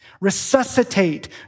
Resuscitate